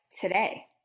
today